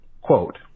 quote